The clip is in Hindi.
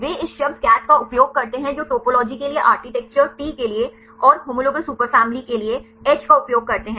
वे इस शब्द CATH का उपयोग करते हैं जो टोपोलॉजी के लिए आर्किटेक्चर टी के लिए और होमोलोगस सुपरफिली के लिए एच का उपयोग करते हैं